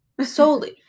Solely